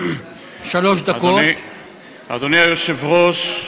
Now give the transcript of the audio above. אדוני היושב-ראש,